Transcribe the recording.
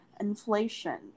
inflation